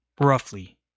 roughly